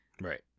Right